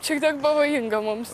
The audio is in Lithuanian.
šiek tiek pavojinga mums